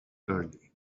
early